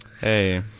hey